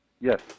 Yes